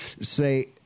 say